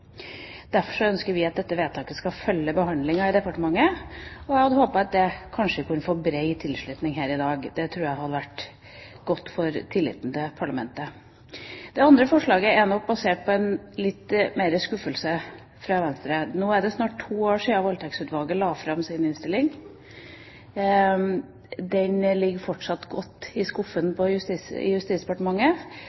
ønsker vi at dette vedtaket skal følge behandlingen i departementet, og jeg hadde håpet at det kunne få bred tilslutning her i dag. Det tror jeg hadde vært godt for tilliten til parlamentet. Det andre forslaget er nok basert på litt mer skuffelse fra Venstre. Nå er det snart to år siden Voldtektsutvalget la fram sin innstilling. Den ligger fortsatt godt i